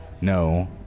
No